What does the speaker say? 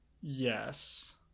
Yes